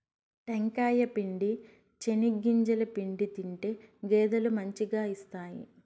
టెంకాయ పిండి, చెనిగింజల పిండి తింటే గేదెలు మంచిగా ఇస్తాయి